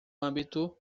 âmbito